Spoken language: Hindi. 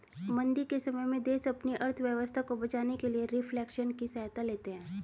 मंदी के समय में देश अपनी अर्थव्यवस्था को बचाने के लिए रिफ्लेशन की सहायता लेते हैं